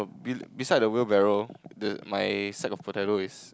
be beside the wheelbarrow the my sacks of potato is